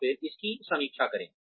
और फिर इसकी समीक्षा करें